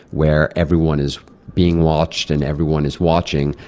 where everyone is being watched, and everyone is watching,